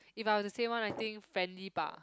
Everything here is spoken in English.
if I would to say one I think friendly ba